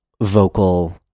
vocal